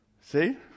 See